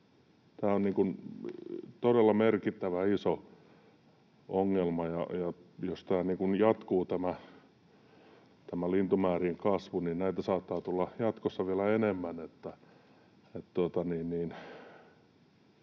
Tämä on todella merkittävä, iso ongelma, ja jos tämä lintumäärien kasvu jatkuu, niin näitä saattaa tulla jatkossa vielä enemmän.